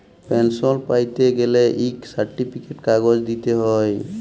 পেলসল প্যাইতে গ্যালে ইক সার্টিফিকেট কাগজ দিইতে হ্যয়